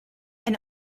and